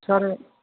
sir